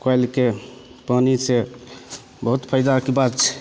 कलके पानिसँ बहुत फायदाके बात छै